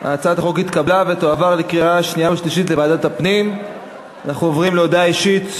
2013, לוועדת הפנים והגנת הסביבה נתקבלה.